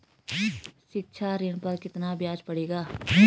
शिक्षा ऋण पर कितना ब्याज पड़ेगा?